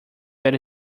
that